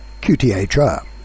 QTHR